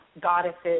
goddesses